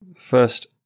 First